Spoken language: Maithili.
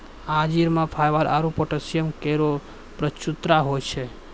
अंजीर म फाइबर आरु पोटैशियम केरो प्रचुरता होय छै